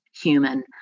Human